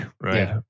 right